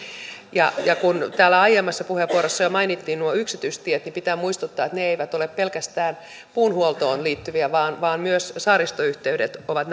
ja ja kun täällä aiemmassa puheenvuorossa jo mainittiin nuo yksityistiet niin pitää muistuttaa että ne eivät ole pelkästään puunhuoltoon liittyviä vaan vaan myös saaristoyhteydet ovat